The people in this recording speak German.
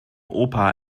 opa